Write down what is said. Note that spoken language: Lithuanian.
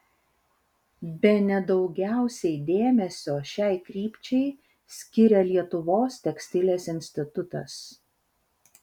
bene daugiausiai dėmesio šiai krypčiai skiria lietuvos tekstilės institutas